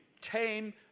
tame